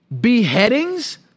Beheadings